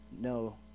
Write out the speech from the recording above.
No